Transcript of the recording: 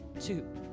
Two